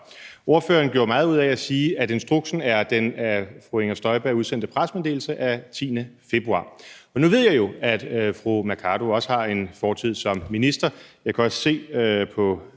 Ordføreren gjorde meget ud af at sige, at instruksen er den af fru Inger Støjberg udsendte pressemeddelelse af 10. februar. Nu ved jeg jo, at fru Mai Mercado også har en fortid som minister. Jeg kan også se på